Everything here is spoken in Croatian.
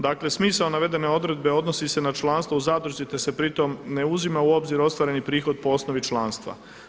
Dakle, smisao navedene odredbe odnosi se na članstvo u zadruzi, te se pritom ne uzima u obzir ostvareni prihod po osnovi članstva.